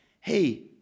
hey